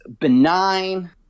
benign